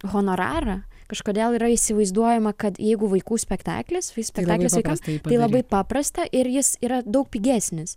honorarą kažkodėl yra įsivaizduojama kad jeigu vaikų spektaklis vyks spektaklis vaikams tai labai paprasta ir jis yra daug pigesnis